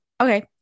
Okay